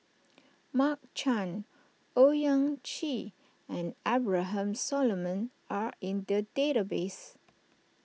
Mark Chan Owyang Chi and Abraham Solomon are in the database